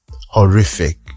horrific